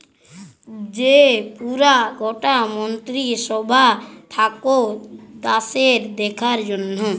যে পুরা গটা মন্ত্রী সভা থাক্যে দ্যাশের দেখার জনহ